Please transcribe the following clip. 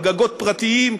על גגות פרטיים,